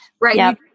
right